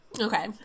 Okay